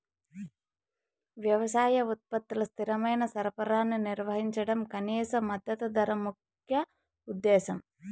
వ్యవసాయ ఉత్పత్తుల స్థిరమైన సరఫరాను నిర్వహించడం కనీస మద్దతు ధర ముఖ్య ఉద్దేశం